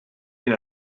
been